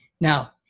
Now